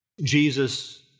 Jesus